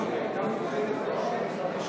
היא הייתה מוגבלת בזמן.